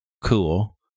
Cool